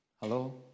Hello